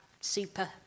super